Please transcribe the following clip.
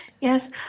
Yes